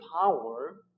power